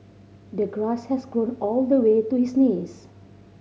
the grass has grown all the way to his knees